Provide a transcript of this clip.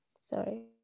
Sorry